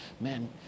Man